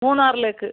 മൂന്നാറിലേക്ക്